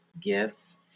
gifts